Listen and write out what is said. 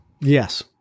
Yes